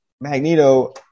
Magneto